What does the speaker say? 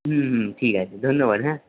হুম হুম ঠিক আছে ধন্যবাদ হ্যাঁ